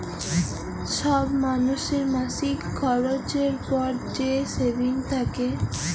ছব মালুসের মাসিক খরচের পর যে সেভিংস থ্যাকে